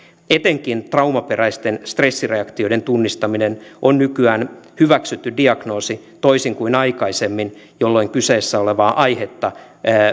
etenkin traumaperäisten stressireaktioiden tunnistaminen on nykyään hyväksytty diagnoosi toisin kuin aikaisemmin jolloin kyseessä olevaa aihetta